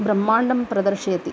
ब्रम्हाण्डं प्रदर्शयति